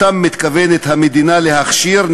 שאותם מתכוונת המדינה להכשיר,